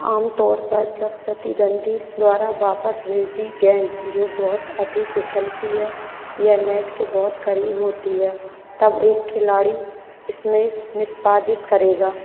आम तौर पर जब प्रतिद्वंद्वी द्वारा वापस भेजी गेंद जो बहुत अधिक उछलती है या नेट के बहुत करीब होती है तब एक खिलाड़ी स्मैश निष्पादित करेगा